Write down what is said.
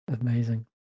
Amazing